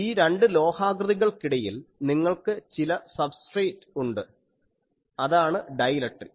ഈ രണ്ട് ലോഹാകൃതികൾക്കിടയിൽ നിങ്ങൾക്ക് ചില സബ്സ്ട്രേറ്റ് ഉണ്ട് അതാണ് ഡൈയിലക്ട്രിക്